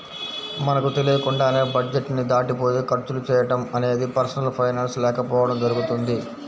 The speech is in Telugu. మనకు తెలియకుండానే బడ్జెట్ ని దాటిపోయి ఖర్చులు చేయడం అనేది పర్సనల్ ఫైనాన్స్ లేకపోవడం జరుగుతుంది